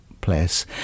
place